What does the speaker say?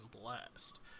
blast